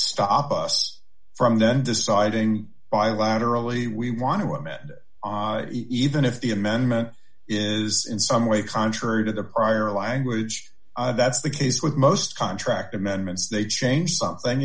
stop us from then deciding bilaterally we want to amend even if the amendment is in some way contrary to the prior language that's the case with most contract amendments they change something